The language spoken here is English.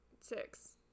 six